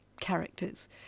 characters